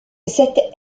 cette